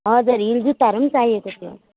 हजुर हिल जुत्ताहरू पनि चाहिएको थियो